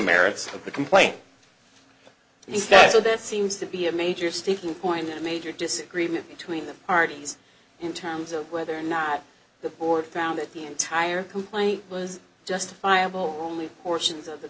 merits of the complaint he said so this seems to be a major sticking point and major disagreement between the parties in terms of whether or not the court found that the entire complaint was justifiable only portions of the